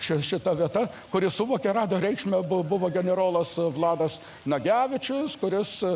šia šita vieta kuris suvokė rado reikšmę buvo buvo generolas vladas nagevičius kuris